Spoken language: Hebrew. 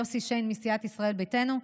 יוסי שיין מסיעת ישראל ביתנו,